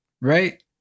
right